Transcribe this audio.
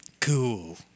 Cool